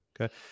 Okay